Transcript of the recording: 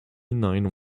nine